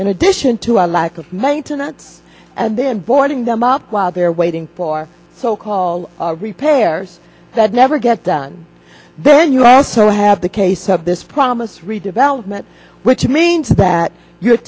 in addition to our lack of maintenance and then boarding them up they're waiting for so called repairs that never get done then you also have the case of this promise redevelopment which means that you